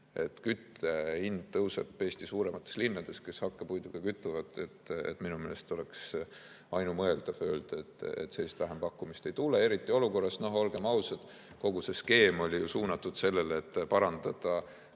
et kütte hind tõuseb Eesti suuremates linnades, kes hakkepuiduga kütavad, oleks minu meelest ainumõeldav öelda, et sellist vähempakkumist ei tule – eriti olukorras, kus, olgem ausad, kogu see skeem oli suunatud sellele, et parandada